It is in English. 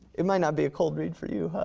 it might not be a cold read for you, huh?